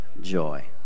joy